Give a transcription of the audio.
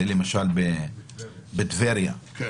זה בטבריה, למשל.